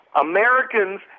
Americans